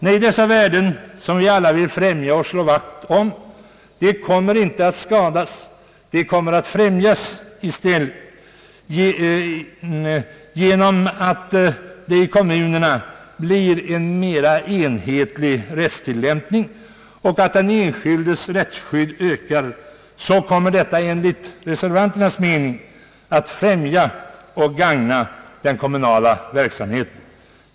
Nej, dessa värden som vi alla vill främja och slå vakt om kom mer inte att skadas utan i stället att främjas. Det förhållandet att det i kommunerna blir en mera enhetlig rättstillämpning och att den enskildes rättsskydd ökar kommer enligt reservanternas mening att främja och gagna den kommunala verksamheten.